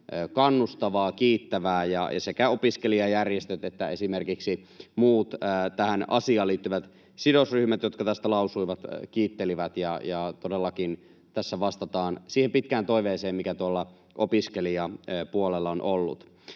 kannustavaa, kiittävää, ja sekä opiskelijajärjestöt että esimerkiksi muut tähän asiaan liittyvät sidosryhmät, jotka tästä lausuivat, kiittelivät, ja todellakin tässä vastataan siihen pitkään toiveeseen, mikä tuolla opiskelijapuolella on ollut.